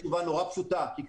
אני אתן תשובה מאוד פשוטה כי,